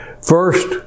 first